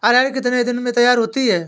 अरहर कितनी दिन में तैयार होती है?